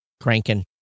Cranking